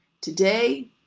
Today